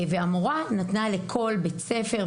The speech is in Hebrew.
והמורה נתנה לכל בית ספר,